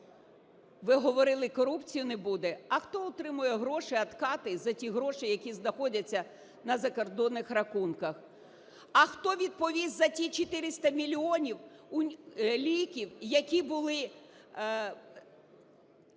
Ви говорили, корупції не буде? А хто отримує гроші, відкати за ті гроші, які знаходяться на закордонних рахунках? А хто відповість за ті 400 мільйонів ліків, які були…